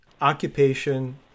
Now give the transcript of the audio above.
occupation